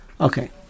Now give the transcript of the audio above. Okay